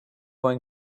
going